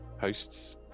hosts